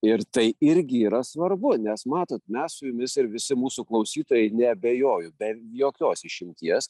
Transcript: ir tai irgi yra svarbu nes matot mes su jumis ir visi mūsų klausytojai neabejoju be jokios išimties